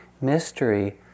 mystery